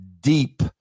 deep